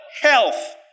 health